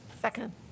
Second